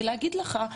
ואומרת לך,